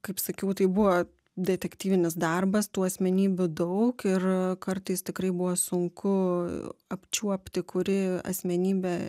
kaip sakiau tai buvo detektyvinis darbas tų asmenybių daug ir kartais tikrai buvo sunku apčiuopti kuri asmenybė